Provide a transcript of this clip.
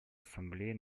ассамблея